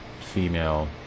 female